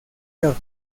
york